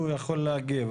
הוא יכול להגיב.